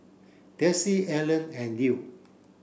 Darcie Ellen and Lew